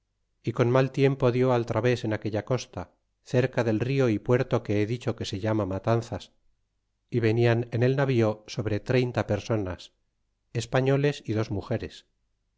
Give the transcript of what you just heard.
y con mal tiempo dió al través en aquella costa cerca del río y puerto que he dicho que se llama matanzas y venian en el navío sobre treinta personas españoles y dos mugeres